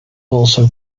also